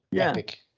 epic